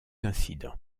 incident